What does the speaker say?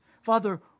Father